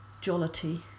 jollity